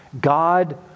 God